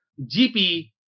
gp